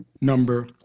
number